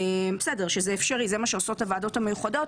שזה אפשרי, זה מה שעושות הוועדות המיוחדות.